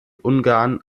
ungarn